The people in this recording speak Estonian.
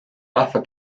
rahva